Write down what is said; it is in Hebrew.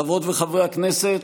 חברות וחברי הכנסת,